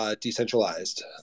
decentralized